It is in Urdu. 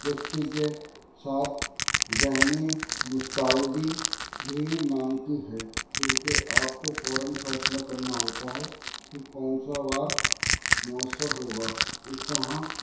چستی کے ساتھ ذہنی مستعدی بھی مانگتی ہے کیونکہ آپ کو فوراً فیصلہ کرنا ہوتا ہے کہ کون سا وار مؤثر ہوگا اس طرح